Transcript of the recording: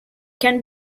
can